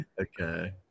Okay